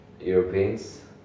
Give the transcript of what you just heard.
Europeans